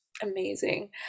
amazing